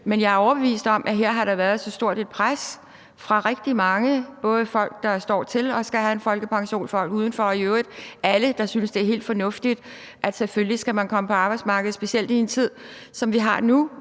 Men jeg er overbevist om, at der her har været så stort et pres fra rigtig mange, både folk, der står til at skulle have en folkepension, og folk udenfor og i øvrigt alle, der synes, det er helt fornuftigt, at man selvfølgelig skal være på arbejdsmarkedet, specielt i en tid, som vi har nu,